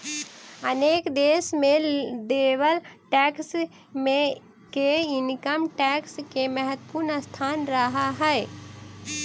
अनेक देश में देवल टैक्स मे के इनकम टैक्स के महत्वपूर्ण स्थान रहऽ हई